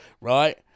Right